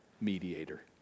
mediator